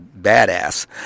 badass